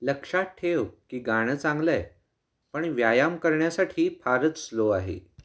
लक्षात ठेव की गाणं चांगलं आहे पण व्यायाम करण्यासाठी फारच स्लो आहे